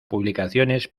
publicaciones